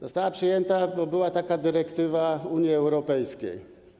Została przyjęta, bo była taka dyrektywa Unii Europejskiej.